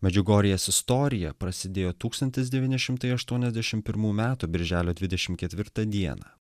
medžiugorjės istorija prasidėjo tūkstantis devyni šimtai aštuoniasdešim pirmų metų birželio dvidešimt ketvirtą dieną